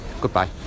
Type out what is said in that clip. goodbye